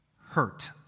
hurt